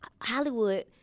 Hollywood –